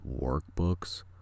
workbooks